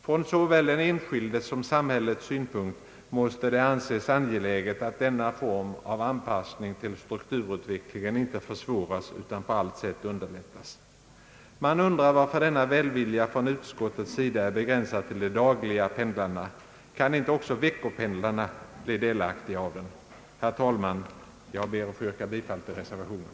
——— Från såväl den enskildes som samhällets synpunkt måste det anses angeläget att denna form av anpassning till strukturutvecklingen inte försvåras utan på allt sätt underlättas.» Man undrar varför denna välvilja från utskottets sida är begränsad till de dagliga pendlarna. Kan inte också veckopendlarna bli delaktiga av den? Herr talman! Jag ber att få yrka bifall till reservationen.